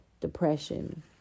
depression